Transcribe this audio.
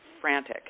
frantic